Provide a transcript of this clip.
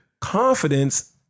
confidence